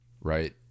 right